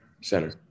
Center